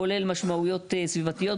כולל משמעויות סביבתיות,